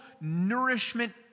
nourishment